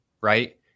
right